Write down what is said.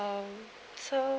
uh so